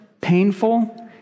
painful